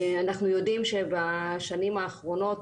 אנחנו יודעים שבשנים האחרונות,